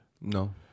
No